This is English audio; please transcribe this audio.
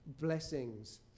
blessings